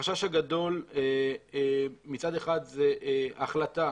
החשש הגדול מצד אחד הוא החלטה